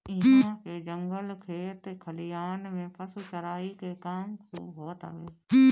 इहां पे जंगल खेत खलिहान में पशु चराई के काम खूब होत हवे